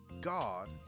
God